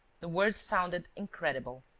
the words sounded incredible.